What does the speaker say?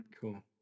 Cool